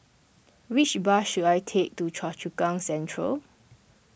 which bus should I take to Choa Chu Kang Central